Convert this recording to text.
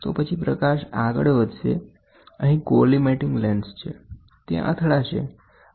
તો પછી પ્રકાશ આગળ વધશે અહીં કોલીમેટિંગ લેન્સ છે ત્યાં અથડાશે અને પ્રકાશ ખૂણા ઉપર વળશે